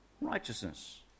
righteousness